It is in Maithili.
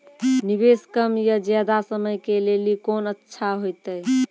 निवेश कम या ज्यादा समय के लेली कोंन अच्छा होइतै?